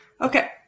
Okay